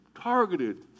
Targeted